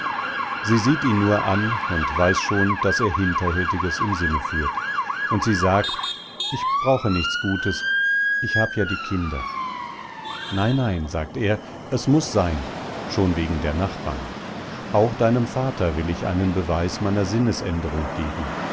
sie sieht ihn nur an und weiß schon daß er hinterhältiges im sinne führt und sie sagt ich brauche nichts gutes ich hab ja die kinder nein nein sagt er es muß sein schon wegen der nachbarn auch deinem vater will ich einen beweis meiner sinnesänderung geben